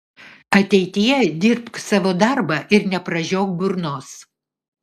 ateityje dirbk savo darbą ir nepražiok burnos